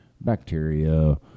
bacteria